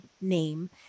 name